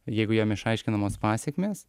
jeigu jam išaiškinamos pasekmės